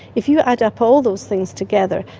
if you add up all those things together,